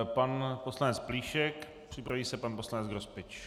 Pan poslanec Plíšek, připraví se pan poslanec Grospič.